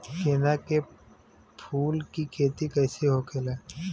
गेंदा के फूल की खेती कैसे होखेला?